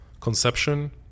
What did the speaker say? conception